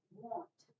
want